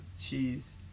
cheese